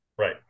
Right